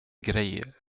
grej